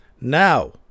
Now